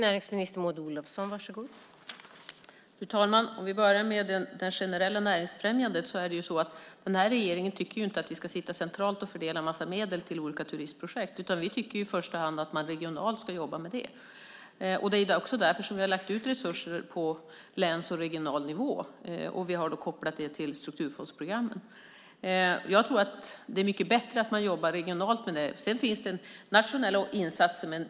Fru talman! Om jag börjar med det generella näringsfrämjandet tycker inte den här regeringen att vi ska sitta centralt och fördela en massa medel till olika turistprojekt, utan vi tycker att man i första hand ska jobba med det regionalt. Det är också därför som vi har lagt ut resurser på länsnivå och regional nivå. Vi har kopplat det till strukturfondsprogrammen. Jag tror att det är mycket bättre att man jobbar regionalt med det. Sedan finns det nationella insatser.